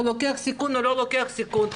אם הוא לוקח סיכון או לא לוקח סיכון,